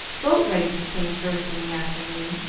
boat-races came first in the afternoon,